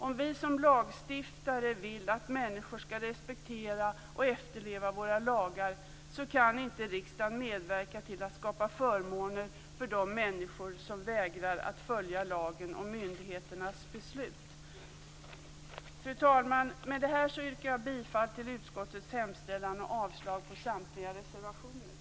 Om vi som lagstiftare vill att människor skall respektera och efterleva våra lagar kan inte riksdagen medverka till att skapa förmåner för de människor som vägrar att följa lagen och myndigheternas beslut. Fru talman! Med detta yrkar jag bifall till utskottets hemställan och avslag på samtliga reservationer.